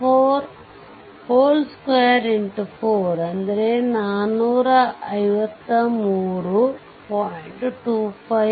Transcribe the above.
64 2x4 453